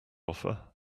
offer